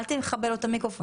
רננה ויובל,